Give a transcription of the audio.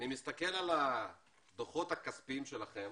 אני מסתכל על הדוחות הכספיים שלכם